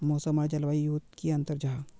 मौसम आर जलवायु युत की अंतर जाहा?